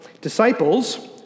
Disciples